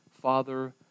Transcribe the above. father